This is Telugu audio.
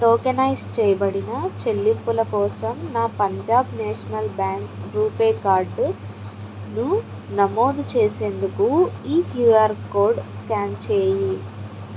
టోకెనైజ్ చేయబడిన చెల్లింపుల కోసం నా పంజాబ్ నేషనల్ బ్యాంక్ రూపే కార్డును నమోదు చేసేందుకు ఈ క్యూఆర్ కోడ్ స్క్యాన్ చెయ్యి